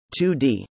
2d